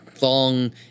long